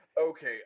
okay